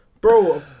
bro